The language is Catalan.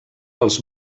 els